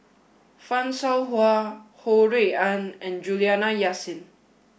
Fan Shao Hua Ho Rui An and Juliana Yasin